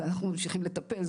ואנחנו ממשיכים לטפל.